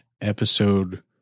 episode